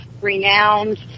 renowned